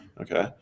Okay